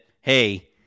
hey